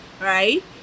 right